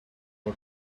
our